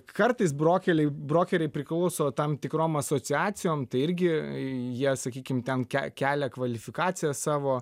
kartais brokeliai brokeriai priklauso tam tikrom asociacijom tai irgi jie sakykim ten ke kelia kvalifikaciją savo